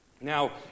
Now